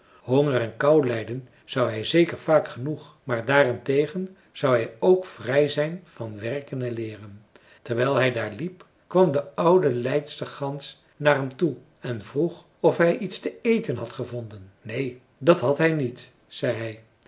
honger en kou lijden zou hij zeker vaak genoeg maar daarentegen zou hij ook vrij zijn van werken en leeren terwijl hij daar liep kwam de oude leidstergans naar hem toe en vroeg of hij iets te eten had gevonden neen dat had hij niet zei